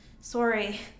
sorry